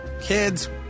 Kids